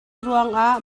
ruangah